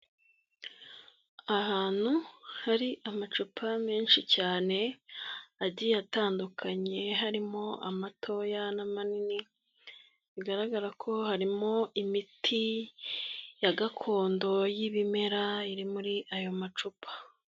Ahantu hari amacupa menshi cyane agiye atandukanye, harimo amatoya n'amanini, bigaragara ko harimo imiti ya gakondo y'ibimera iri muri ayo macupa.